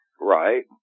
Right